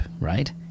right